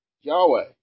Yahweh